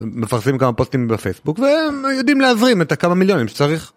מפרסמים כמה פוסטים בפייסבוק והם יודעים להזרים את הכמה מיליונים שצריך.